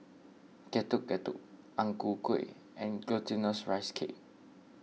Getuk Getuk Ang Ku Kueh and Glutinous Rice Cake